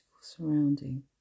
surrounding